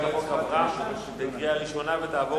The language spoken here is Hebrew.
הצעת החוק עברה בקריאה ראשונה ותעבור